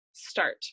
start